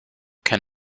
can